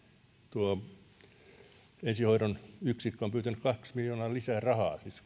nyt ensihoidon yksikkö on pyytänyt kaksi miljoonaa lisää rahaa